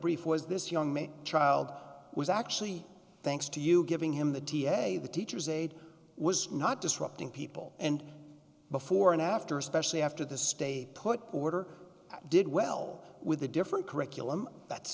brief was this young man child was actually thanks to you giving him the t a a the teacher's aide was not disrupting people and before and after especially after the stay put order did well with a different curriculum that's